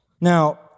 Now